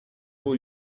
will